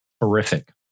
horrific